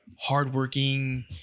hardworking